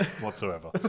whatsoever